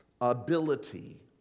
ability